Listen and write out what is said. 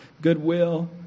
Goodwill